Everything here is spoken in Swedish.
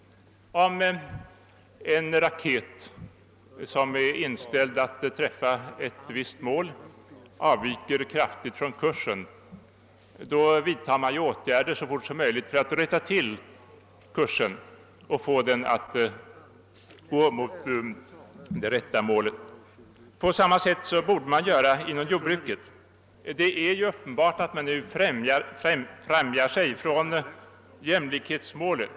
Om en raket, som är inställd för att träffa ett visst mål, avviker kraftigt från kursen, vidtar man åtgärder så fort som möjligt för att rätta till kursen och få den att gå mot det rätta målet. På samma sätt borde man göra inom jordbruket. Det är uppenbart att man där fjärmar sig alltmer från jämlikhetsmålet.